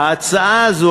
ההצעה הזאת,